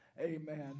Amen